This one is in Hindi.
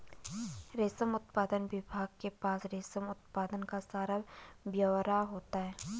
रेशम उत्पादन विभाग के पास रेशम उत्पादन का सारा ब्यौरा होता है